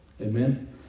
Amen